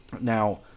Now